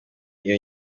iyo